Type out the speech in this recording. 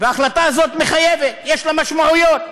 וההחלטה הזאת מחייבת, יש לה משמעויות.